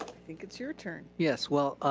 think it's your turn. yes, well,